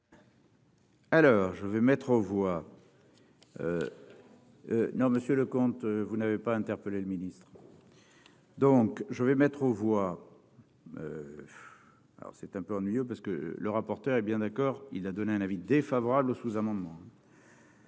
Alors, je vais mettre aux voix non monsieur le comte, vous n'avez pas interpeller le ministre donc je vais mettre aux voix. Alors c'est un peu ennuyeux parce que le rapporteur est bien d'accord, il a donné un avis défavorable au sous-amendement.